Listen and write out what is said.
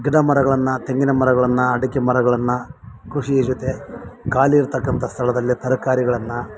ಗಿಡಮರಗಳನ್ನು ತೆಂಗಿನಮರಗಳನ್ನು ಅಡಿಕೆಮರಗಳನ್ನು ಕೃಷಿ ಜೊತೆ ಖಾಲಿ ಇರತಕ್ಕಂಥ ಸ್ಥಳದಲ್ಲೇ ತರಕಾರಿಗಳನ್ನು